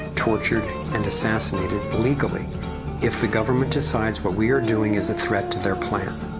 tortured, and assassinated legally if the government decides what we're doing is a threat to their plan.